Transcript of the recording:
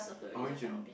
orange and